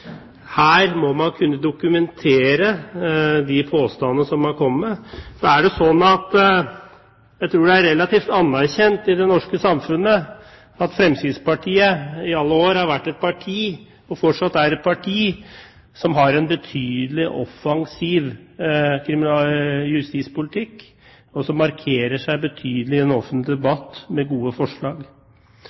Her må man kunne dokumentere de påstandene som man kommer med. Jeg tror det er relativt anerkjent i det norske samfunnet at Fremskrittspartiet i alle år har vært, og fortsatt er, et parti som har en betydelig offensiv justispolitikk, og som markerer seg betydelig i den offentlige debatt med gode forslag.